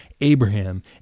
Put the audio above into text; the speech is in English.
Abraham